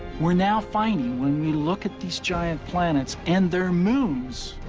we're now finding, when we look at these giant planets and their moons,